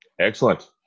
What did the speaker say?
Excellent